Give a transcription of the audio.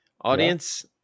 Audience